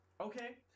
Okay